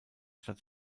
stadt